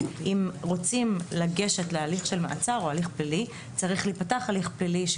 אם רוצים לגשת להליך של מעצר או הליך פלילי צריך להיפתח הליך פלילי.